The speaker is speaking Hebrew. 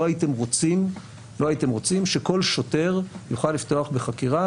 לא הייתם רוצים שכל שוטר יוכל לפתוח בחקירה